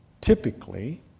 typically